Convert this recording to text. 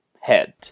head